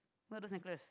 where are those necklace